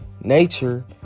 nature